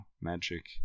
magic